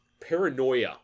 paranoia